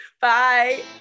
Bye